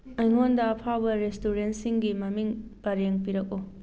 ꯑꯩꯉꯣꯟꯗ ꯑꯐꯥꯎꯕ ꯔꯦꯁꯇꯨꯔꯦꯟ ꯁꯤꯡꯒꯤ ꯃꯃꯤꯡ ꯄꯔꯦꯡ ꯄꯤꯔꯛꯎ